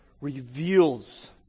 reveals